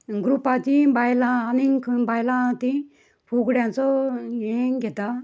ग्रुपाचीं बायलां आनी खंय बायलां आसा तीं फुगड्यांचो हें घेता